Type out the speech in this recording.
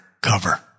cover